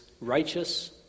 righteous